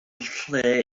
lle